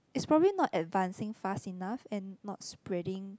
it's propably not advancing fast enough and not spreading